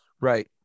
Right